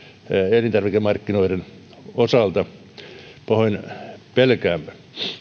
elintarvikemarkkinoiden osalta pahoin pelkäämme